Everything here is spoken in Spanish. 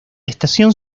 estación